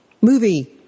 movie